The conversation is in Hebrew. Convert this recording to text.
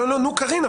קארין,